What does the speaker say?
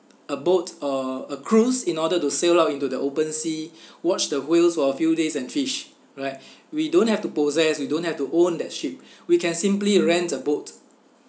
a boat or a cruise in order to sail out into the open sea watch the whales for a few days and fish right we don't have to possess we don't have to own that ship we can simply rent a boat